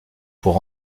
pour